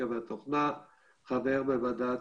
וזה כבר דובר,